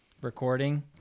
recording